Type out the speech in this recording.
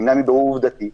יימנע מבירור עובדתי,